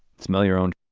smell your own,